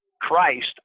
Christ